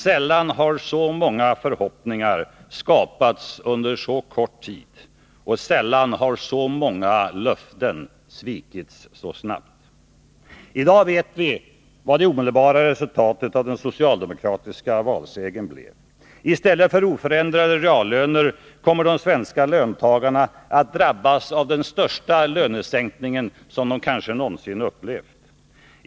Sällan har så många förhoppningar skapats under så kort tid, och sällan har så många löften svikits så snabbt. I dag vet vi vad det omedelbara resultatet av den socialdemokratiska valsegern blev. I stället för oförändrade reallöner kommer de svenska löntagarna att drabbas av den kanske största lönesänkning de någonsin upplevt.